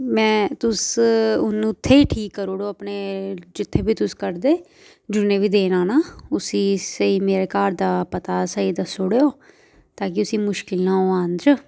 में तुस ओनू उत्थै ई ठीक करी उड़ो अपने जित्थें बी तुस करदे जिन्नै बी देना आना उसी स्हेई मेरा घर दा पता स्हेई दस्सी उड़ेओ ताकि उसी मुश्कल नी आवै आने च